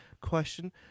question